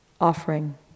offering